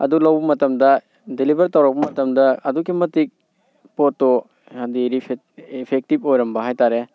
ꯑꯗꯨ ꯂꯧꯕ ꯃꯇꯝꯗ ꯗꯦꯂꯤꯚꯔ ꯇꯧꯔꯛꯄ ꯃꯇꯝꯗ ꯑꯗꯨꯛꯀꯤ ꯃꯇꯤꯛ ꯄꯣꯠꯇꯣ ꯍꯥꯏꯗꯤ ꯏꯐꯦꯛꯇꯤꯞ ꯑꯣꯏꯔꯝꯕ ꯍꯥꯏꯇꯥꯔꯦ